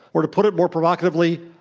or, to put it more provocatively,